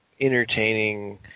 entertaining